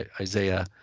Isaiah